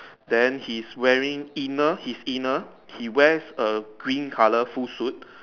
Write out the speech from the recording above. then his wearing inner his inner he wears a green colour full suit